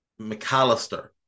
McAllister